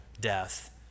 death